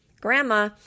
Grandma